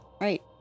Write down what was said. Right